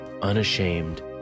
unashamed